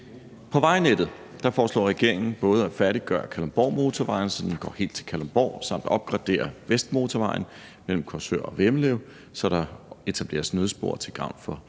På vejnettet foreslår regeringen både at færdiggøre Kalundborgmotorvejen, så den går helt til Kalundborg, og at opgradere Vestmotorvejen mellem Korsør og Vemmelev, så der etableres nødspor til gavn for